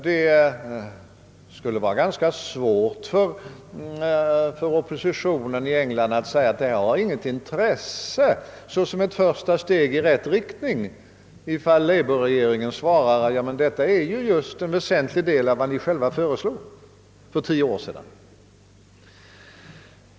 Det skulle vara ganska svårt för oppositionen i England att säga att ett sådant förslag inte hade något intresse såsom ett första steg i rätt riktning, om labourregeringen svarade att detta är en väsentlig del av vad ni själva föreslog för tio år sedan.